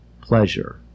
pleasure